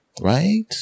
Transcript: Right